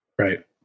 Right